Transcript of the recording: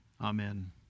Amen